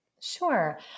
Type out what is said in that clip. Sure